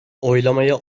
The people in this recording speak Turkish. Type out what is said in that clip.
oylamaya